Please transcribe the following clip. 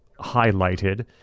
highlighted